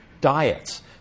diets